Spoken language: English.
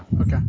Okay